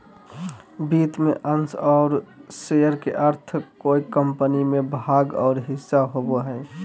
वित्त में अंश और शेयर के अर्थ कोय कम्पनी में भाग और हिस्सा होबो हइ